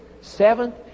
seventh